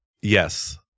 Yes